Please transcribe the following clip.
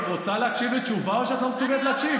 את רוצה להקשיב לתשובה או שאת לא מסוגלת להקשיב?